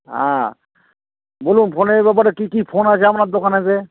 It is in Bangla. হ্যাঁ বলুন ফোনের ব্যাপারে কী কী ফোন আছে আপনার দোকানেতে